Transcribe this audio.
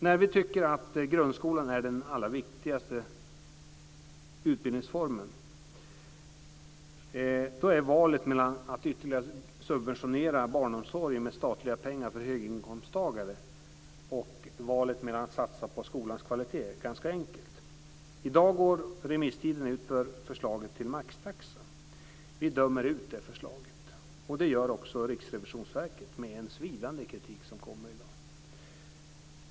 När vi tycker att grundskolan är den allra viktigaste utbildningsformen så är valet mellan att ytterligare subventionera barnomsorgen för höginkomsttagare med statliga pengar och att satsa på skolans kvalitet ganska enkelt. I dag går remisstiden ut för förslaget om maxtaxa. Vi dömer ut det förslaget, och det gör också Riksrevisionsverket. Det är en svidande kritik som kommer i dag.